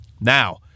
Now